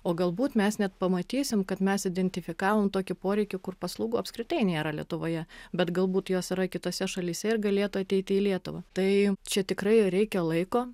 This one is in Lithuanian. o galbūt mes net pamatysim kad mes identifikavom tokį poreikį kur paslaugų apskritai nėra lietuvoje bet galbūt jos yra kitose šalyse ir galėtų ateiti į lietuvą tai čia tikrai reikia laiko